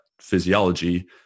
physiology